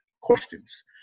questions